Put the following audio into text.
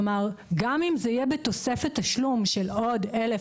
כלומר, גם את זה יהיה בתוספת תשלום של עוד 1,000,